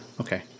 Okay